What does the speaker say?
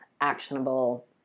actionable